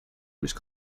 which